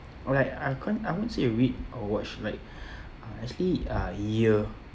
alright I couldn't I wouldn't say read or watch like uh actually uh hear